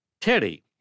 Teddy